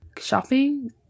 shopping